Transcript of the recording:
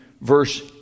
verse